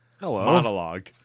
monologue